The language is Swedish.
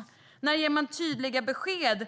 Jag undrar när man ska ge tydliga besked